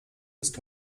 ist